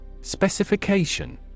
Specification